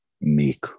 make